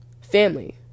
Family